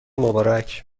مبارک